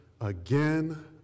Again